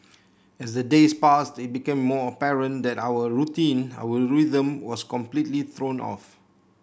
as the days passed it became more apparent that our routine our rhythm was completely thrown off